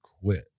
quit